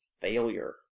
failure